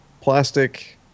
plastic